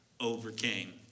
overcame